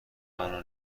منو